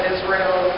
Israel